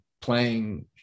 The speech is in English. playing